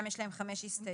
גם יש להם חמש הסתייגויות.